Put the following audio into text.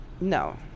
No